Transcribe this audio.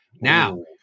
Now